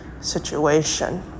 situation